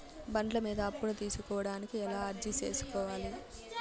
బండ్ల మీద అప్పును తీసుకోడానికి ఎలా అర్జీ సేసుకోవాలి?